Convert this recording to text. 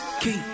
Keep